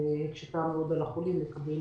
הקופה הקשתה מאוד על החולים לקבל